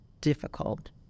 difficult